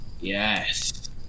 Yes